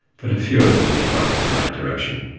but a few of them will point in the right direction.